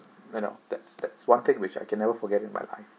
you know that's that's one thing which I can never forget in my life